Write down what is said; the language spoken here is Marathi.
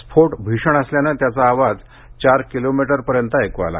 स्फोट भीषण असल्याने त्याचा आवाज चार किलोमीटरपर्यंत आला